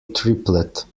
triplet